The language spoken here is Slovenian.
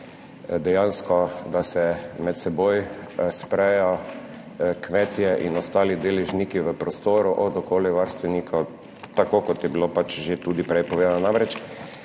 dejansko, da se med seboj sprejo kmetje in ostali deležniki v prostoru, od okoljevarstvenikov, tako kot je bilo pač že tudi prej povedano. Namreč